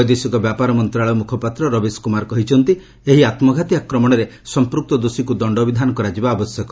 ବୈଦେଶିକ ବ୍ୟାପାର ମନ୍ତ୍ରଣାଳୟ ମୁଖପାତ୍ର ରବିଶ କୁମାର କହିଛନ୍ତି ଏହି ଆତ୍ମଘାତି ଆକ୍ରମଣରେ ସମ୍ପୂକ୍ତ ଦୋଷୀକୁ ଦଶ୍ଡବିଧାନ କରାଯିବା ଆବଶ୍ୟକ